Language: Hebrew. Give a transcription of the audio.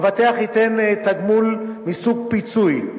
המבטח ייתן תגמול מסוג פיצוי,